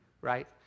right